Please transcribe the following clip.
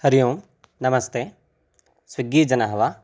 हरिः ओं नमस्ते स्विग्गीजनः वा